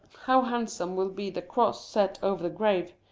how handsome will be the cross set over the grave,